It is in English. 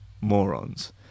morons